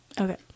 okay